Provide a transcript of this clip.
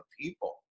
people